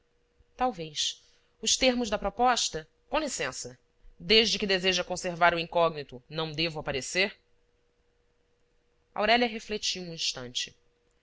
talvez os termos da proposta com licença desde que deseja conservar o incógnito não devo aparecer aurélia refletiu um instante